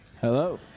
Hello